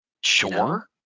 Sure